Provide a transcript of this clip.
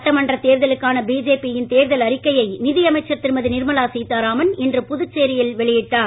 சட்டமன்ற தேர்தலுக்கான பிஜேபி யின் தேர்தல் அறிக்கையை நிதியமைச்சர் திருமதி நிர்மலா சீதாராமன் இன்று புதுச்சேரியில் வெளியிட்டார்